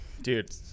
dude